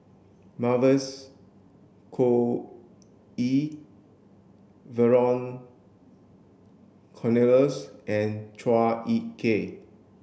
Mavis Khoo Oei Vernon Cornelius and Chua Ek Kay